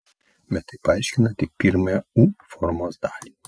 bet tai paaiškina tik pirmąją u formos dalį